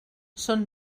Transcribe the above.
són